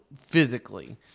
physically